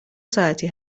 ساعتی